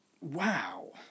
wow